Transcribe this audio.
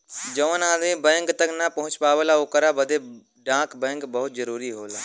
जौन आदमी बैंक तक ना पहुंच पावला ओकरे बदे डाक बैंक बहुत जरूरी होला